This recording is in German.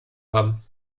haben